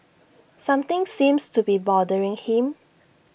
something seems to be bothering him